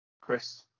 Chris